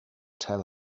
tell